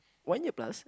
one year plus